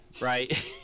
right